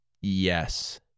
Yes